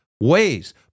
ways